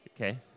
Okay